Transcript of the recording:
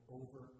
over